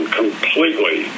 completely